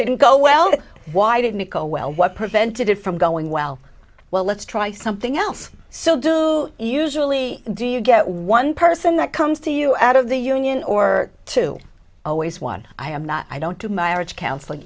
they didn't go well why didn't it go well what prevented it from going well well let's try something else so do you usually do you get one person that comes to you out of the union or two always one i am not i don't do my arch counseling